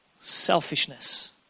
Selfishness